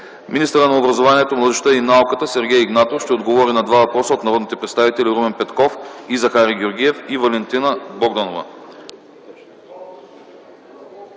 министърът на образованието, младежта и науката Сергей Игнатов ще отговори на два въпроса от народните представители Румен Петков и Захари Георгиев, и Валентина Богданова.